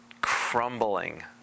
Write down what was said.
crumbling